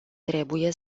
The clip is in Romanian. trebuie